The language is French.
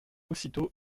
aussitôt